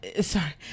Sorry